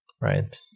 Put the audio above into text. right